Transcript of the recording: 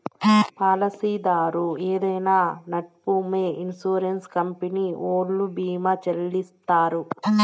పాలసీదారు ఏదైనా నట్పూమొ ఇన్సూరెన్స్ కంపెనీ ఓల్లు భీమా చెల్లిత్తారు